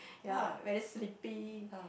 ya very sleepy